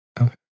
Okay